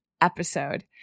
episode